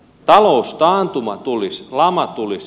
taloustaantuma tulisi lama tulisi